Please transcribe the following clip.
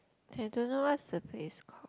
I don't know what's the place called